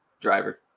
Driver